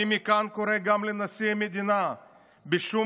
אני קורא מכאן גם לנשיא המדינה בשום